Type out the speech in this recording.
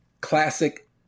classic